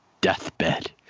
deathbed